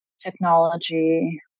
technology